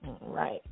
Right